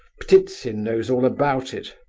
ptitsin knows all about it.